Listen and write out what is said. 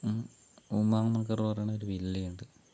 ഉമ നഗർ പറയുന്ന ഒരു വില്ലയുണ്ട്